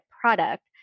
product